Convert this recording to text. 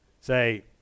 Say